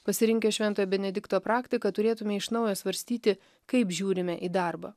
pasirinkę švento benedikto praktiką turėtume iš naujo svarstyti kaip žiūrime į darbą